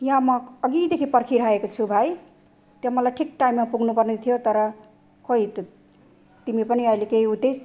यहाँ म अघिदेखि पर्खिरहेको छु भाइ त्यहाँ मलाई ठिक टाइममा पुग्नु पर्ने थियो तर खोइ त तिमी पनि अहिले केही उ त्यही